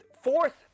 Fourth